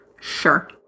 sure